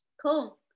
cool